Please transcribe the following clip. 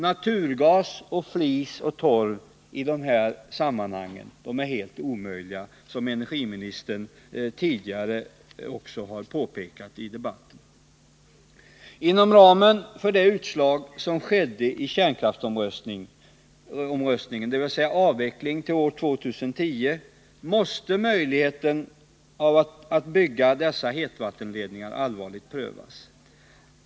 Naturgas, flis och torv är i de här sammanhangen helt orimliga alternativ, som energiministern också har påpekat tidigare i debatten. Inom ramen för det utslag som kärnkraftsomröstningen gav, dvs. att vi skall ha en avveckling fram till år 2010, måste möjligheten att bygga dessa hetvattenledningar allvarligt prövas.